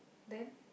then